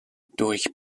durch